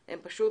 הם לא